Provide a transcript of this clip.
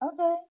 okay